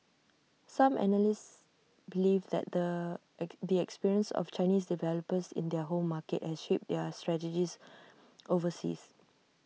some analysts believe that the the experience of Chinese developers in their home market has shaped their strategies overseas